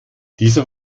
dieser